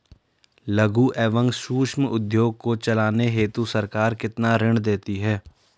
लघु एवं सूक्ष्म उद्योग को चलाने हेतु सरकार कितना ऋण देती है?